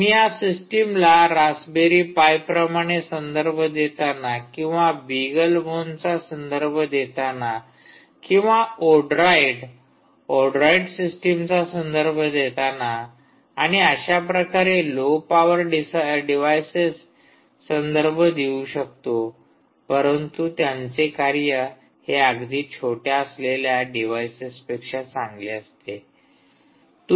मी या सिस्टिमला raspberry pi प्रमाणे संदर्भ देताना किंवा बीगल बोनचा संदर्भ देताना किंवा ओड्रॉईड ओड्रॉईड सिस्टमचा संदर्भ देताना आणि अशा प्रकारे लो पावर डिव्हाइसेस संदर्भ देऊ शकतो परंतु त्यांचे कार्य हे अगदी छोट्या असलेल्या डिव्हायसेस पेक्षा चांगले असते